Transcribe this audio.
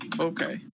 Okay